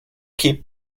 keep